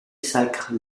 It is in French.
sacre